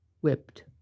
whipped